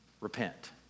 repent